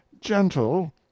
gentle